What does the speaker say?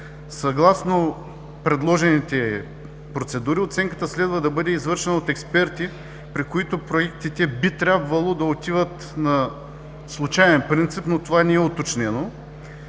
Съгласно предложените процедури, оценката следва да бъде извършена от експерти, при които проектите би трябвало да отиват на случаен принцип, но това не е уточнено.